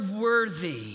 worthy